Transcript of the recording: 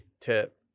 tip